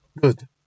good